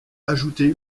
ajoutées